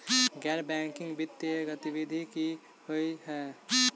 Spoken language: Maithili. गैर बैंकिंग वित्तीय गतिविधि की होइ है?